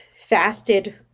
fasted